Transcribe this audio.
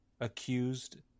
accused